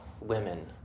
women